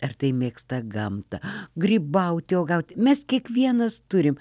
ar tai mėgsta gamtą grybauti uogauti mes kiekvienas turim